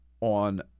on